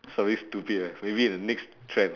always stupid ah maybe the next trend